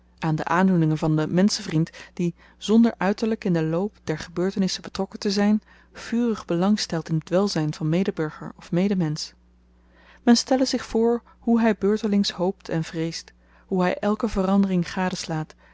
aan de aandoeningen van den menschenvriend die zonder uiterlyk in den loop der gebeurtenissen betrokken te zyn vurig belang stelt in t welzyn van medeburger of medemensch men stelle zich voor hoe hy beurtelings hoopt en vreest hoe hy elke verandering